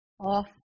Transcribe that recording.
off